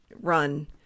run